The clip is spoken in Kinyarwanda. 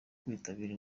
kwitabira